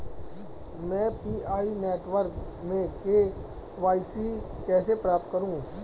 मैं Pi network में KYC कैसे प्राप्त करूँ?